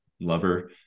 lover